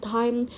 time